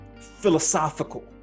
philosophical